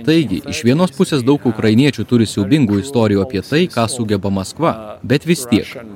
taigi iš vienos pusės daug ukrainiečių turi siaubingų istorijų apie tai ką sugeba maskva bet vis tiek